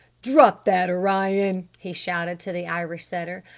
drop that, orion! he shouted to the irish setter.